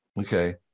Okay